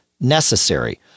necessary